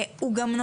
הוא גם נותן.